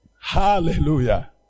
Hallelujah